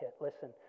Listen